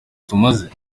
tumaze